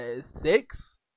six